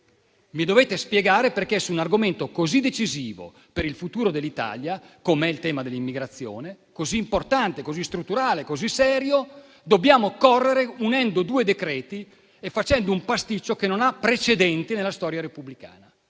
Mi dovete spiegare perché, su un argomento così decisivo per il futuro dell'Italia, come il tema dell'immigrazione, così importante, così strutturale, così serio, dobbiamo correre, unendo due decreti e facendo un pasticcio che non ha precedenti nella storia repubblicana.